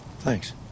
Thanks